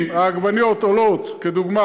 אם לדוגמה